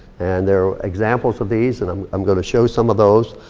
and there are examples of these, and i'm um gonna show some of those.